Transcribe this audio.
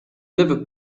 liver